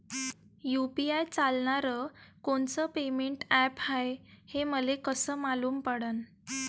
UPI चालणारं कोनचं payment app हाय, हे मले कस मालूम पडन?